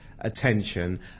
attention